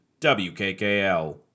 WKKL